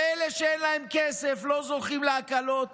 אלה שאין להם כסף לא זוכים להקלות